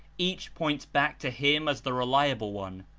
each points back to him as the reliable one,